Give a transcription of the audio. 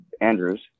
Andrews